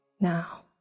Now